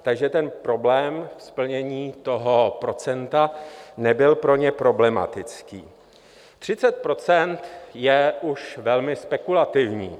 Takže problém plnění toho procenta nebyl pro ně problematický 30 % je už velmi spekulativní.